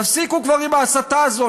תפסיקו כבר עם ההסתה הזאת.